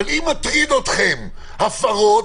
אבל אם מטריד אתכם עניין ההפרות,